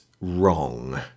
wrong